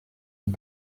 une